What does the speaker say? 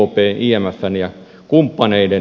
ekpn imfn ja kumppaneiden